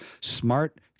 Smart